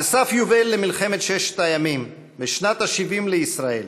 על סף יובל למלחמת ששת הימים, בשנת ה-70 לישראל,